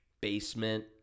basement